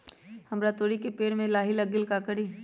हमरा तोरी के पेड़ में लाही लग गेल है का करी?